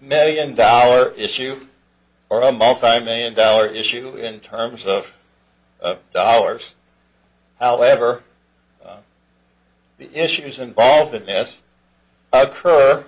million dollar issue or a multimillion dollar issue in terms of dollars however the issues involved in this occur